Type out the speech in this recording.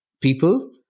people